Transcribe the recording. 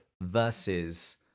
Versus